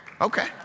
okay